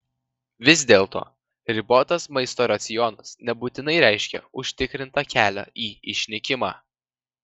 vis dėlto ribotas maisto racionas nebūtinai reiškia užtikrintą kelią į išnykimą